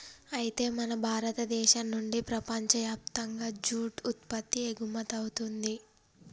అయితే మన భారతదేశం నుండి ప్రపంచయప్తంగా జూట్ ఉత్పత్తి ఎగుమతవుతుంది